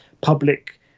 public